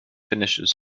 finishers